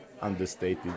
understated